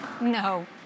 No